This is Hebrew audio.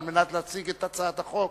על מנת להציג את הצעת החוק,